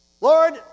Lord